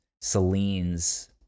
Celine's